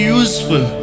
useful